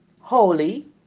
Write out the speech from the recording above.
holy